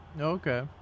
Okay